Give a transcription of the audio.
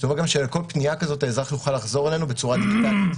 זה אומר גם שלכל פנייה כזאת האזרח יוכל לחזור אלינו בצורה דיגיטלית,